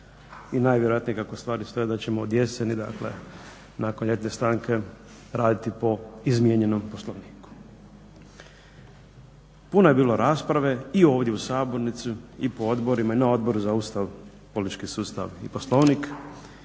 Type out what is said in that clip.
i najvjerojatnije kako stvari stoje da ćemo od jeseni, nakon ljetne stanke raditi po izmijenjenom Poslovniku. Puno je bilo rasprave i ovdje u sabornici, i po odborima i na Odboru za Ustav, politički sustav i Poslovnik,